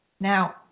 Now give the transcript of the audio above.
now